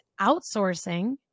outsourcing